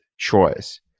Choice